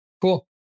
cool